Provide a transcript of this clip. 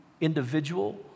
individual